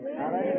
amen